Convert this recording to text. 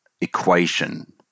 equation